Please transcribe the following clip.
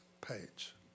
page